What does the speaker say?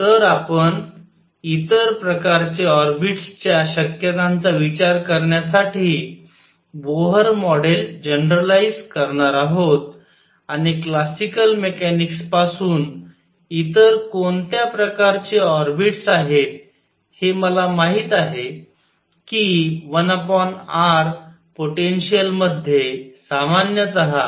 तर आपण इतर प्रकारचे ऑर्बिटस च्या शक्यतांचा विचार करण्यासाठी बोहर मॉडेल जनरलाइझ्ड करणार आहोत आणि क्लासिकल मेकॅनिकस पासून इतर कोणत्या प्रकारचे ऑर्बिटस आहेत हे मला माहित आहे की 1r पोटेन्शिअलमध्ये सामान्यतः